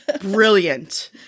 brilliant